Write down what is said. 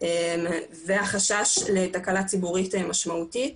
והחשש לתקלה ציבורית משמעותית.